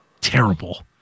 Terrible